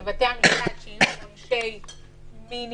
בבתי המשפט שיהיו עונשי מינימום